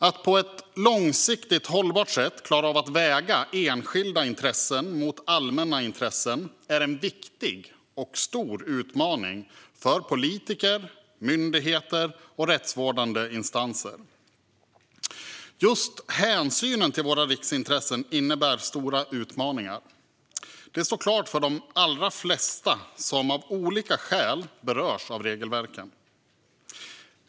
Att på ett långsiktigt hållbart sätt klara av att väga enskilda intressen mot allmänna intressen är en viktig och stor utmaning för politiker, myndigheter och rättsvårdande instanser. Just hänsynen till våra riksintressen innebär stora utmaningar; det står klart för de allra flesta som av olika skäl berörs av regelverken.